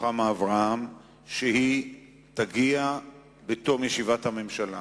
רוחמה אברהם שהיא תגיע בתום ישיבת הממשלה,